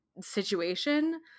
situation